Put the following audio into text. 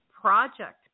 project